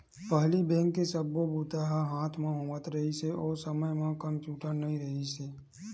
पहिली बेंक के सब्बो बूता ह हाथ म होवत रिहिस, ओ समे म कम्प्यूटर नइ रिहिस हे